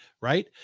Right